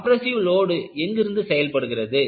compressive load எங்கிருந்து செயல்படுகிறது